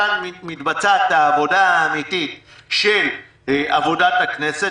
שם מתבצעת העבודה האמיתית של עבודת הכנסת,